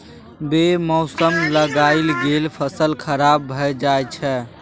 बे मौसम लगाएल गेल फसल खराब भए जाई छै